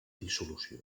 dissolució